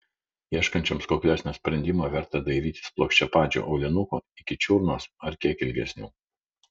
ieškančioms kuklesnio sprendimo verta dairytis plokščiapadžių aulinukų iki čiurnos ar kiek ilgesnių